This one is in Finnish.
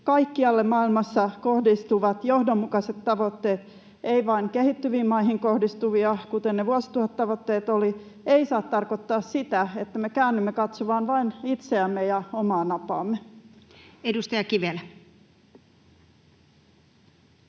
kaikkialle maailmassa kohdistuvat johdonmukaiset tavoitteet, ei vain kehittyviin maihin kohdistuvia, kuten ne vuosituhattavoitteet olivat, ei saa tarkoittaa sitä, että me käännymme katsomaan vain itseämme ja omaa napaamme. [Speech